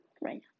right